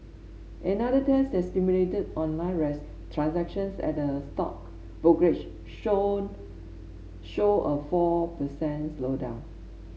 another test that simulated online transactions at a stock brokerage show showed a four per cent slowdown